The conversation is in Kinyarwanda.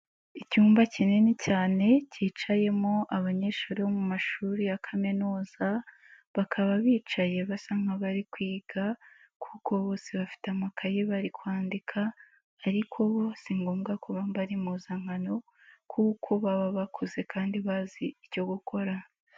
Icyumba kinini cyane kicayemo abanyeshuri bo mu mashuri ya kaminuza, bakaba bicaye basa nk'abari kwiga kuko bose bafite amakaye bari kwandika ariko bo si ngombwa ko bambara impuzankano kuko baba bakuze kandi bazi icyo gukora.